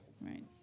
right